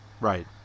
Right